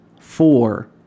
four